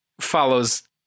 follows